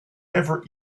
never